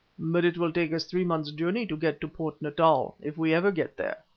but it will take us three months' journey to get to port natal, if we ever get there,